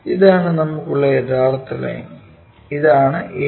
ഇതാണ് നമുക്കുള്ള യഥാർത്ഥ ലൈൻ ഇതാണ് a'